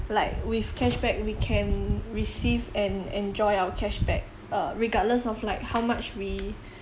like with cashback we can receive and enjoy our cashback uh regardless of like how much we